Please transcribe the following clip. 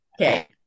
Okay